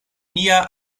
nia